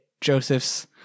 Joseph's